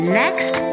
next